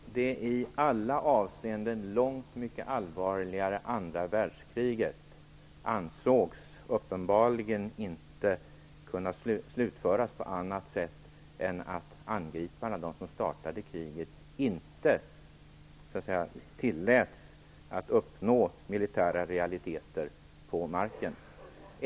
Herr talman! Det är i alla avseenden långt mycket allvarligare. Andra världskriget ansågs uppenbarligen inte kunna slutföras på annat sätt än att angriparna - de som startade kriget - inte tilläts att uppnå militära realiteter på marken.